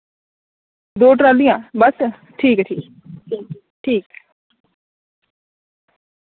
दौ ट्रालियां बस ठीक ठीक ऐ ठीक